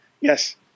Yes